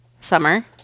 summer